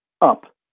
up